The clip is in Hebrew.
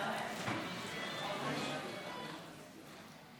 ההצעה להעביר את הנושא לוועדה הזמנית